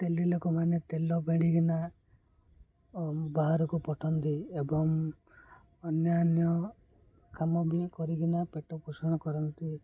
ତେଲି ଲୋକମାନେ ତେଲ ପେଡ଼ିକିନା ବାହାରକୁ ପଠାନ୍ତି ଏବଂ ଅନ୍ୟାନ୍ୟ କାମ ବି କରିକିନା ପେଟ ପୋଷଣ କରନ୍ତି